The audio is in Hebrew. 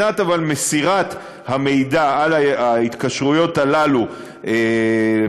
אבל מבחינת מסירת המידע על ההתקשרויות הללו החוצה,